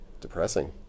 depressing